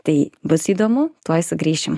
tai bus įdomu tuoj sugrįšim